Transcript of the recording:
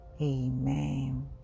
Amen